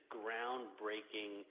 groundbreaking